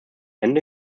hände